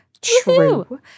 True